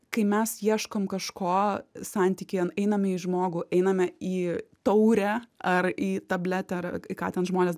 kai mes ieškom kažko santykyje einame į žmogų einame į taurę ar į tabletę ar į ką ten žmonės